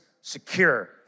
secure